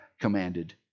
commanded